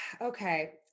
Okay